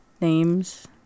names